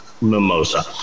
Mimosa